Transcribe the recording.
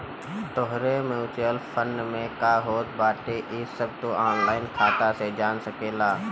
तोहरे mutual fund में का होत बाटे इ सब तू ऑनलाइन खाता से जान सकेला